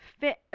Fit